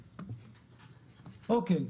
או-קי,